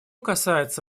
касается